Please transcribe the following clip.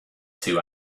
two